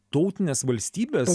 tautinės valstybės